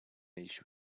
issue